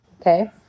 Okay